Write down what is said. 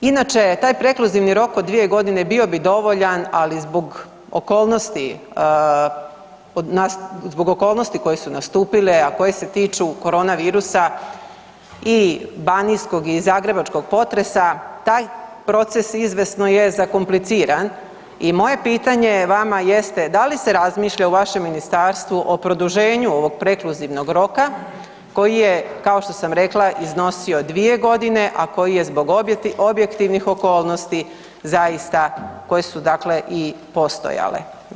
Inače, taj prekluzivni rok od 2 godine bio bi dovoljan, ali zbog okolnosti koje su nastupile, a koje tiču korona virusa i banijskog i zagrebačkog potresa taj proces izvjesno je zakompliciran i moje pitanje je vama jeste da li razmišlja u vašem ministarstvu o produženju ovog prekluzivnog roka koji je kao što sam rekla iznosio 2 godine, a koji je zbog objektivnih okolnosti zaista koje su dakle i postojale.